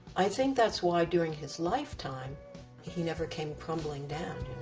i think that's why during his lifetime he never came crumbling down.